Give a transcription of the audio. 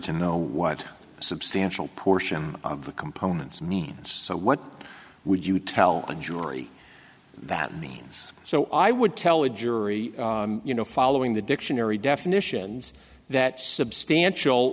to know what a substantial portion of the components means so what would you tell a jury that means so i would tell a jury you know following the dictionary definitions that substantial